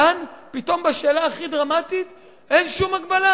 כאן, פתאום, בשאלה הכי דרמטית, אין שום הגבלה.